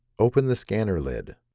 open the scanner lid.